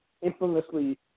infamously